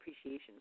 appreciation